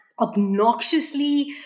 obnoxiously